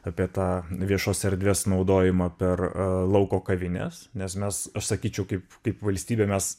apie tą viešos erdvės naudojimą per lauko kavines nes mes aš sakyčiau kaip kaip valstybė mes